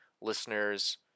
listeners